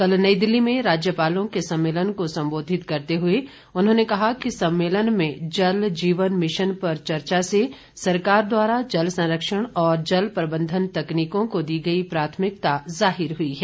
कल नई दिल्ली में राज्यपालों के सम्मेलन को सम्बोधित करते हुए उन्होंने कहा कि सम्मेलन में जल जीवन मिशन पर चर्चा से सरकार द्वारा जल संरक्षण और जल प्रबंधन तकनीकों को दी गई प्राथमिकता जाहिर हुई है